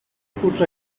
curs